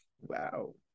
Wow